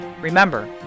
Remember